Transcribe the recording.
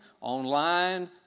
online